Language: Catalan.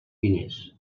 diners